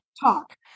talk